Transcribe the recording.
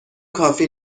کافی